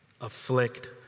afflict